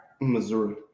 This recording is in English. Missouri